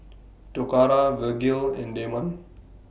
Toccara Vergil and Damon